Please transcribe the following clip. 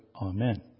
Amen